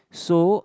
so